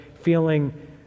feeling